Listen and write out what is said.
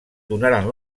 donaren